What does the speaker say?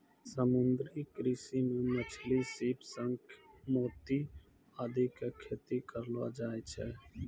समुद्री कृषि मॅ मछली, सीप, शंख, मोती आदि के खेती करलो जाय छै